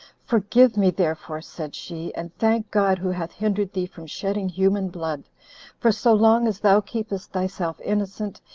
forgive me, therefore, said she, and thank god, who hath hindered thee from shedding human blood for so long as thou keepest thyself innocent,